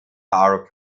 are